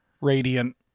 Radiant